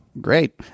great